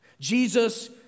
Jesus